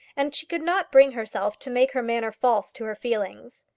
and she could not bring herself to make her manner false to her feelings.